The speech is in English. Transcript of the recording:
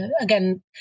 again